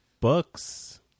books